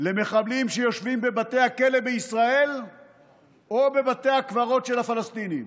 למחבלים שיושבים בבתי הכלא בישראל או בבתי הקברות של הפלסטינים,